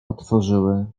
otworzyły